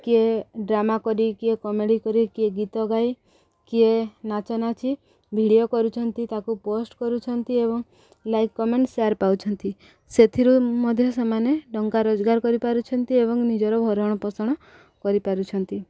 କିଏ ଡ୍ରାମା କରି କିଏ କମେଡ଼ି କରି କିଏ ଗୀତ ଗାଇ କିଏ ନାଚ ନାଚି ଭିଡ଼ିଓ କରୁଛନ୍ତି ତାକୁ ପୋଷ୍ଟ କରୁଛନ୍ତି ଏବଂ ଲାଇକ୍ କମେଣ୍ଟ ସେୟାର ପାଉଛନ୍ତି ସେଥିରୁ ମଧ୍ୟ ସେମାନେ ଟଙ୍କା ରୋଜଗାର କରିପାରୁଛନ୍ତି ଏବଂ ନିଜର ଭରଣ ପୋଷଣ କରିପାରୁଛନ୍ତି